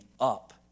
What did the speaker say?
up